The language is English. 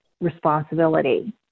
responsibility